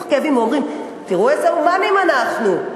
כאבים ואומרים: תראו איזה הומניים אנחנו,